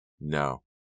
No